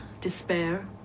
despair